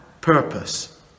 purpose